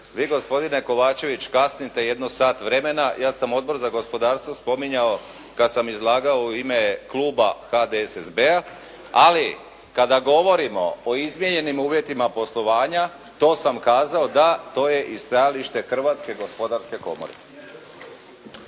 Vi gospodine Kovačević kasnite jedno sat vremena. Ja sam Odbor za gospodarstvo spominjao kad sam izlagao u ime kluba HDSSB-a. Ali kada govorimo o izmijenjenim uvjetima poslovanja to sam kazao. Da, to je i stajalište Hrvatske gospodarske komore.